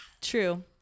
True